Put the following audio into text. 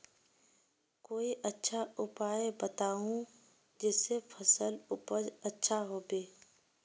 कोई अच्छा उपाय बताऊं जिससे फसल उपज अच्छा होबे